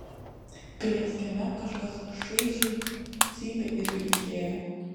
pilies kieme kažkas šaižiai cypė ir girgždėjo